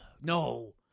no